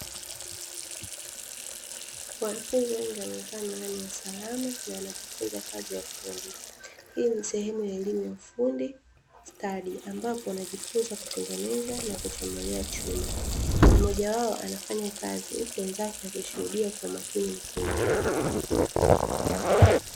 Wanfunzi wengi wamevaa miwani ya usalama na wanajifunza kazi ya ufundi, hii ni sehemu ya ellimu ya ufundi stadi ambapo wanajifunza kutengeneza na kuchomelea chuma, mmoja wao anafanya kazi huku wenzake wakishuhudia kwa umakini mkubwa.